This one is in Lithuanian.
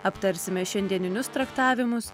aptarsime šiandieninius traktavimus